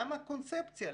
למה הקונספציה?